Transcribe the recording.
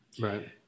Right